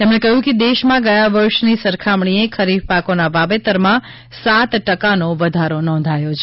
તેમણે કહ્યું કે દેશમાં ગયા વર્ષની સરખામણીએ ખરીફ પાકોના વાવેતરમાં સાત ટકાનો વધારો નોંધાયો છે